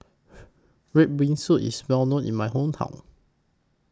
Red Bean Soup IS Well known in My Hometown